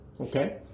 okay